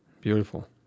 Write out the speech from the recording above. Beautiful